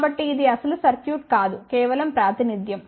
కాబట్టి ఇది అసలు సర్క్యూట్ కాదు కేవలం ప్రాతినిధ్యం